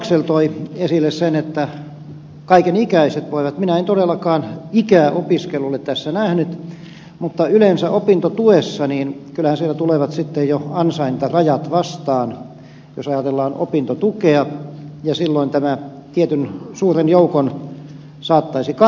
laxell toi esille sen että kaikenikäiset voivat opiskella minä en todellakaan ikää opiskelulle tässä nähnyt mutta kyllähän siinä tulevat sitten jo ansaintarajat vastaan jos ajatellaan opintotukea ja silloin tämä tietyn suuren joukon saattaisi karsia